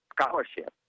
scholarship